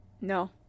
No